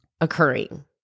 occurring